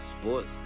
Sports